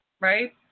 right